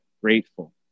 grateful